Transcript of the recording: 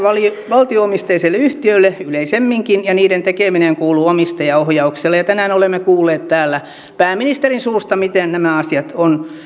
valtio omisteiselle yhtiölle yleisemminkin ja niiden tekeminen kuuluu omistajaohjaukselle tänään olemme kuulleet täällä pääministerin suusta miten nämä asiat ovat